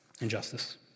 injustice